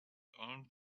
armed